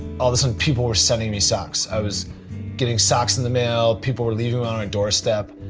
all of a sudden people were sending me socks, i was getting socks in the mail, people were leaving on our doorstep.